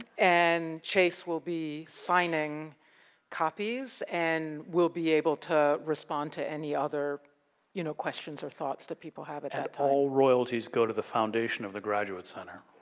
and chase will be signing copies and we'll be able to respond to any other you know questions or thoughts that people haven't had time all royalties go to the foundation of the graduate center.